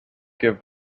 give